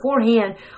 beforehand